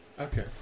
Okay